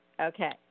Okay